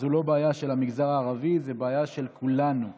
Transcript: זו לא בעיה של המגזר הערבי, זו בעיה של כולנו יחד.